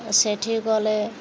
ସେଠି ଗଲେ